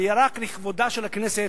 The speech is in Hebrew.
זה יהיה רק לכבודה של הכנסת